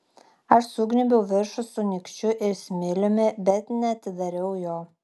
aš sugnybiau viršų su nykščiu ir smiliumi bet neatidariau jo